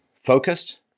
focused